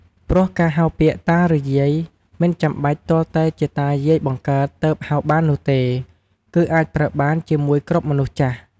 ព្រោះការហៅពាក្យ "តា ឬយាយ" មិនចាំបាច់ទាល់តែជាតាយាយបង្កើតទើបហៅបាននោះទេ គឺអាចប្រើបានជាមួយគ្រប់មនុស្សចាស់។